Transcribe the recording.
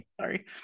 sorry